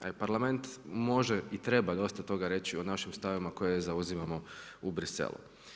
Parlament može i treba dosta toga reći o našim stavovima koje zauzimao u Bruxellesu.